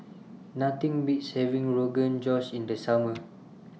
Nothing Beats having Rogan Josh in The Summer